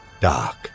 dark